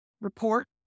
report